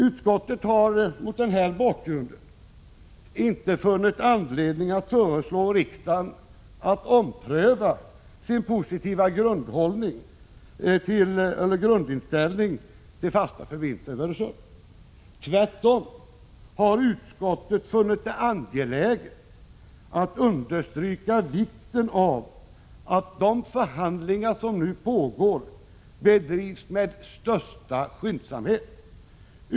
Utskottet har mot den här bakgrunden inte funnit anledning att föreslå riksdagen att ompröva sin positiva grundinställning till fasta förbindelser över Öresund. Tvärtom har utskottet funnit det angeläget att understryka vikten av att de förhandlingar som nu pågår bedrivs med största skyndsamhet.